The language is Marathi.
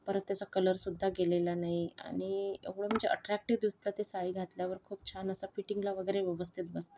परत त्याचा कलरसुद्धा गेलेला नाही आणि एवढं म्हणजे ॲट्रॅक्टीव्ह दिसतं ती साडी घातल्यावर खूप छान असं फिटिंगला वगैरे व्यवस्थित बसतं